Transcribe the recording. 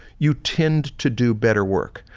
you tend to do better work.